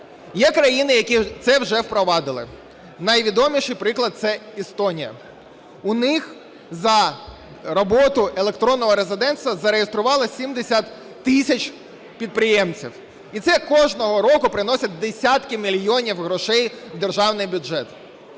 Є країни, які це вже впровадили, найвідоміший приклад – це Естонія. У них за роботу електронного резидентства зареєстрували 70 тисяч підприємців і це кожного року приносить десятки мільйонів грошей в державний бюджет.